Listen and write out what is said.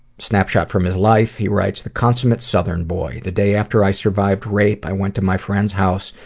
snapshot from his life, he writes, the consummate southern boy. the day after i survive rape, i went to my friend's house.